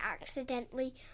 accidentally